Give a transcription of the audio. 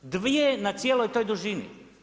Dvije na cijeloj toj dužini.